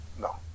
No